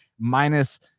minus –